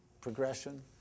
progression